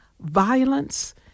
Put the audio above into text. violence